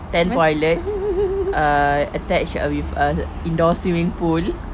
ten toilets err attached uh with uh indoor swimming pool